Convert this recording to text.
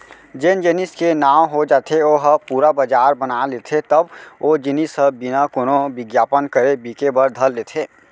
जेन जेनिस के नांव हो जाथे ओ ह पुरा बजार बना लेथे तब ओ जिनिस ह बिना कोनो बिग्यापन करे बिके बर धर लेथे